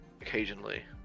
occasionally